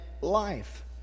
life